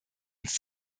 uns